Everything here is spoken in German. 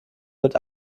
mit